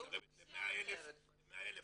מתקרבת ל-100,000.